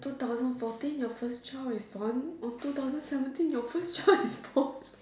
two thousand fourteen your first child is born or two thousand seventeen your first child is born